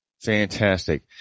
Fantastic